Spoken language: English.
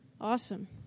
awesome